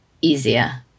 easier